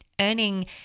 earning